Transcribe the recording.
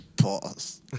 Pause